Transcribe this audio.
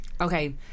Okay